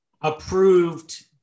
approved